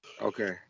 Okay